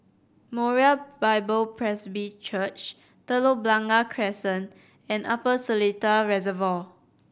Moriah Bible Presby Church Telok Blangah Crescent and Upper Seletar Reservoir